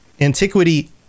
Antiquity